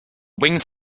wings